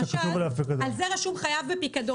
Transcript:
למשל, על זה רשום "חייב בפיקדון".